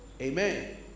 amen